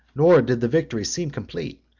nor did the victory seem complete,